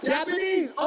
Japanese